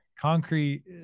concrete